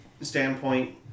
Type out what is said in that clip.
standpoint